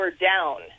Down